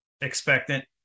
expectant